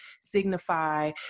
signify